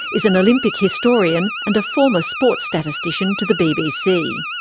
is an olympic historian and a former sports statistician to the bbc.